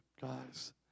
guys